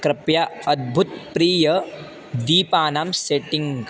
कृपया अद्भुत्प्रियः दीपानां सेटिङ्ग्